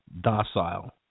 docile